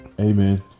Amen